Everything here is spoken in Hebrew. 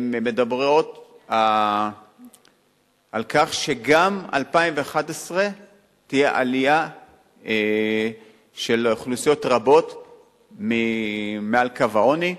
מדברים על כך שגם ב-2011 תהיה עלייה של אוכלוסיות רבות מעל קו העוני,